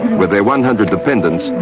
with their one hundred dependants,